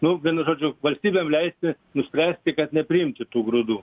nu vienu žodžiu valstybėm leisti nuspręsti kad nepriimti tų grūdų